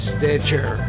Stitcher